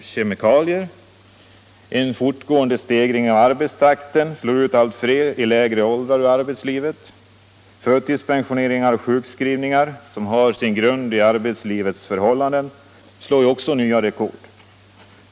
kemikalier. En fortgående stegring av arbetstakten slår ut allt fler i allt lägre åldrar ur arbetslivet. Förtidspensioneringar och sjukskrivningar, som har sin grund i arbetslivets förhållanden, slår nya rekord.